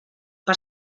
per